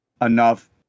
enough